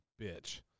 bitch